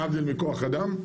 להבדיל מכח אדם,